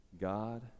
God